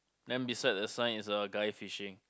then beside the sign is a guy fishing